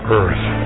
earth